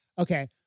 Okay